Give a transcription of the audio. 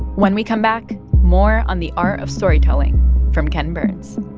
when we come back, more on the art of storytelling from ken burns